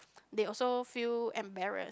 they also feel embarrassed